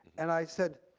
and i said,